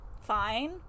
fine